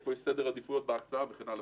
איפה יש סדר עדיפויות בהקצאה וכן הלאה.